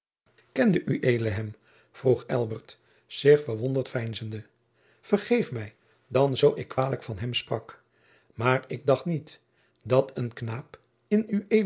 kende ued hem vroeg elbert zich verwonderd veinzende vergeef mij dan zoo ik kwalijk van hem sprak maar ik dacht niet dat een knaap in